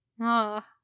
Ah